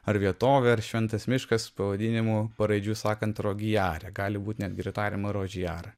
ar vietovė ar šventas miškas pavadinimu paraidžiui sakant rogijare gali būt netgi tariama rožijara